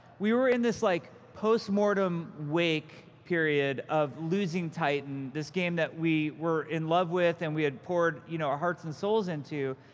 we were in this like post-mortem wake period of losing titan, this game that we were in love with and we had poured you know our hearts and souls into.